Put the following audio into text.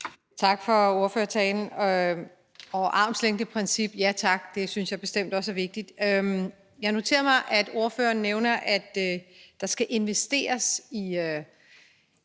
tak for ordførertalen. Og armslængdeprincip, ja tak, det synes jeg bestemt også er vigtigt. Jeg noterede mig, at ordføreren nævnte, at der skal investeres i